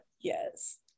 Yes